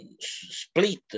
split